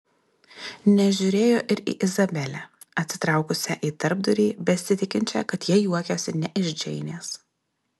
nežiūrėjo ir į izabelę atsitraukusią į tarpdurį besitikinčią kad jie juokiasi ne iš džeinės